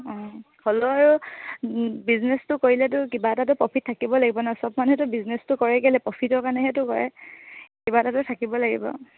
অঁ হ'লেও আৰু বিজনেছটো কৰিলেতো কিবা এটাতো প্ৰফিট থাকিব লাগিব ন চব মানুহেইটো বিজনেছটো কৰেই কেলৈ প্ৰফিটৰ কাৰণেহেটো কৰে কিবা এটাতো থাকিব লাগিব